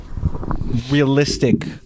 realistic